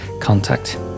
contact